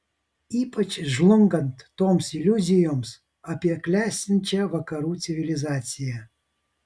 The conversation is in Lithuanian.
ypač žlungant toms iliuzijoms apie klestinčią vakarų civilizaciją